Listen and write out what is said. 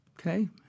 okay